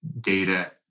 data